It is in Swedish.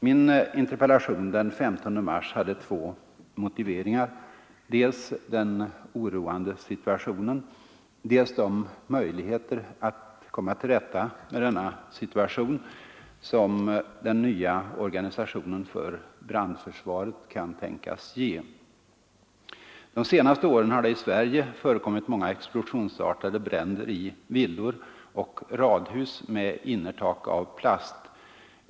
Min interpellation den 15 mars hade två motiveringar, dels den oroande situationen, dels de möjligheter att komma till rätta med denna situation som den nya organisationen för brandförsvaret kan tänkas ge. De senaste åren har det i Sverige förekommit många explosionsartade bränder i villor och radhus med innertak av plast.